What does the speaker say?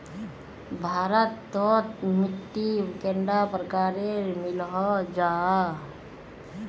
भारत तोत मिट्टी कैडा प्रकारेर मिलोहो जाहा?